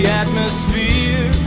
atmosphere